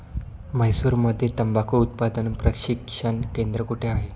म्हैसूरमध्ये तंबाखू उत्पादन प्रशिक्षण केंद्र कोठे आहे?